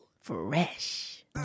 Fresh